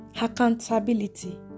Accountability